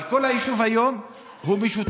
אבל כל היישוב היום משותק.